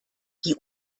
die